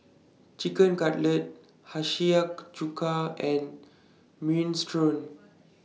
Chicken Cutlet Chuka and Minestrone